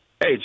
Hey